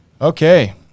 Okay